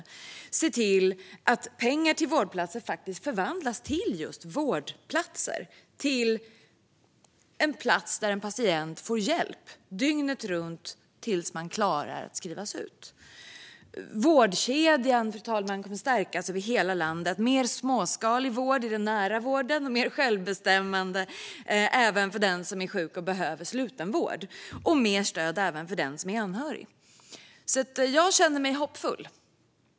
Man ser till att pengar till vårdplatser faktiskt förvandlas till just vårdplatser - platser där patienter får hjälp dygnet runt tills de klarar att skrivas ut. Vårdkedjan, fru talman, kommer att stärkas över hela landet. Det blir mer småskalig vård i den nära vården, mer självbestämmande även för den som är sjuk och behöver slutenvård samt mer stöd till anhöriga. Jag känner mig hoppfull.